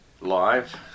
live